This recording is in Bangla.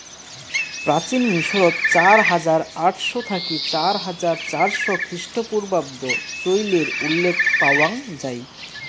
প্রাচীন মিশরত চার হাজার আটশ থাকি চার হাজার চারশ খ্রিস্টপূর্বাব্দ চইলের উল্লেখ পাওয়াং যাই